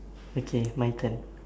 okay my turn